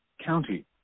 county